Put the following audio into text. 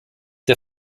der